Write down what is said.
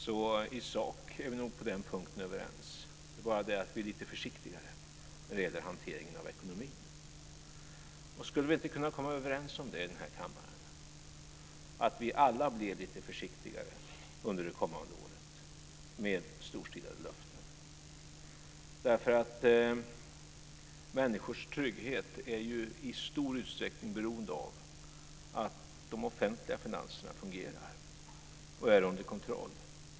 Så i sak är vi nog överens på den punkten, men vi är lite försiktigare när det gäller hanteringen av ekonomin. Skulle vi inte i denna kammare kunna komma överens om att vi alla blir lite försiktigare under det kommande året med storstilade löften? Människors trygghet är nämligen i stor utsträckning beroende av att de offentliga finanserna fungerar och är under kontroll.